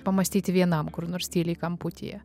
pamąstyti vienam kur nors tyliai kamputyje